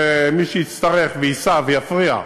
ומי שיצטרף וייסע ויפריע,